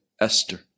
Esther